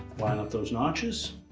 line up those notches.